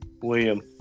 William